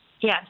Yes